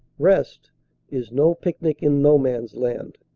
rest is no picnic in no man's land.